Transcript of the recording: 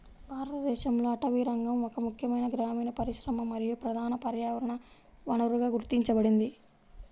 భారతదేశంలో అటవీరంగం ఒక ముఖ్యమైన గ్రామీణ పరిశ్రమ మరియు ప్రధాన పర్యావరణ వనరుగా గుర్తించబడింది